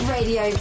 Radio